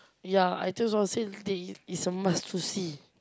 ya I just want to say they is a must to see